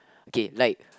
okay like